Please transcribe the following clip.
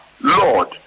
Lord